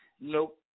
nope